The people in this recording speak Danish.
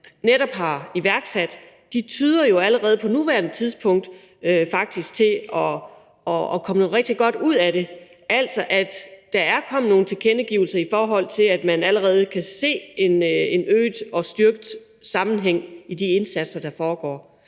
man har iværksat, faktisk allerede på nuværende tidspunkt tyder på, at der kommer noget rigtig godt ud af det. Der er kommet nogle tilkendegivelser om, at man allerede kan se en øget og styrket sammenhæng i de indsatser, der foregår.